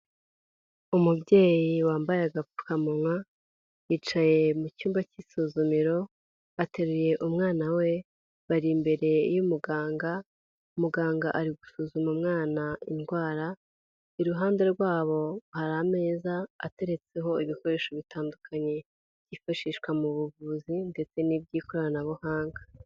Umubyeyi wambaye agapfukamunwa, yicaye mu cyumba cy'isuzumiro, ateruye umwana we bari imbere y'umuganga, muganga ari gusuzuma umwana indwara, iruhande rwabo hari ameza ateretseho ibikoresho bitandukanye, byifashishwa mu buvuzi ndetse n'iby'ikoranabuhanga.